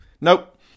Nope